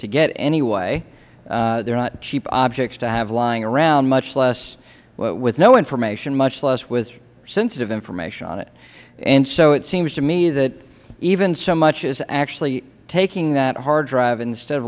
to get anyway they are not cheap objects to have lying around much less with no information much less with sensitive information on it and so it seems to me that even so much as actually taking that hard drive instead of